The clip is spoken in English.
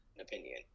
opinion